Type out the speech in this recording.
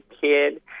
kid